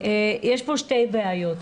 יש פה שתי בעיות.